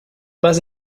pas